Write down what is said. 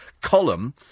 column